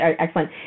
Excellent